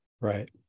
Right